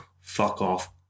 fuck-off